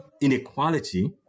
inequality